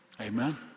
Amen